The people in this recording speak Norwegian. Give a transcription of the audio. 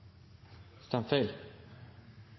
stand